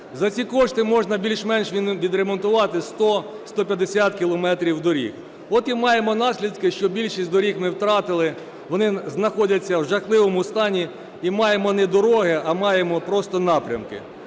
За ці кошти можна більш-менш відремонтувати 100-150 кілометрів доріг. От і маємо наслідки, що більшість доріг ми втратили, вони знаходяться в жахливому стані. І маємо не дороги, а маємо просто напрямки.